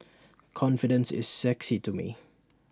confidence is sexy to me